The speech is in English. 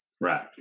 Right